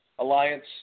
Alliance